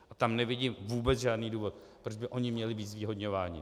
A tam nevidím vůbec žádný důvod, proč by oni měli být zvýhodňováni.